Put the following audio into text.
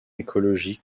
écologiques